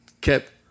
kept